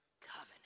covenant